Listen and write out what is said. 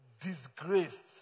disgraced